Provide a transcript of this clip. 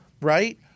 right